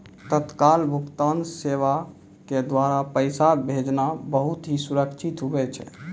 तत्काल भुगतान सेवा के द्वारा पैसा भेजना बहुत ही सुरक्षित हुवै छै